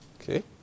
okay